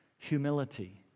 Humility